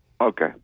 Okay